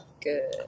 good